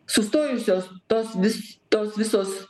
sustojusios tos vis visos